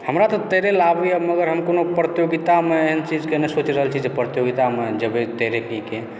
हमरा तऽ तैरय लेल आबैए मगर हम कोनो प्रतियोगितामे एहन चीजके नहि सोचि रहल छियै जे प्रतियोगितामे जेबै तैराकीके